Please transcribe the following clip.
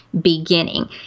beginning